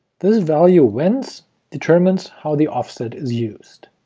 this value whence determines how the offset is used